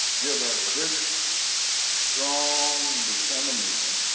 give us this strong determination.